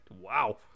Wow